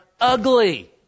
ugly